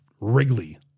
Wrigley